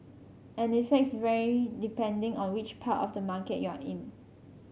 and effects vary depending on which part of the market you're in